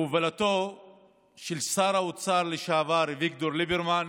בהובלתו של שר האוצר לשעבר אביגדור ליברמן,